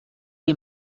les